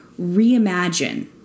reimagine